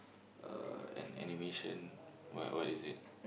uh an animation what what is it